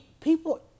people